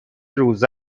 روزه